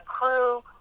crew